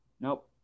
Nope